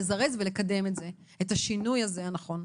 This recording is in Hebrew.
לזרז ולקדם את השינוי הזה הנכון.